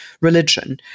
religion